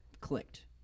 clicked